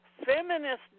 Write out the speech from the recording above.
Feminist